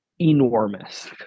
enormous